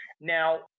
Now